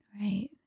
Right